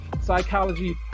psychology